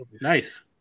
Nice